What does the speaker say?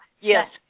Yes